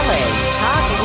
Talk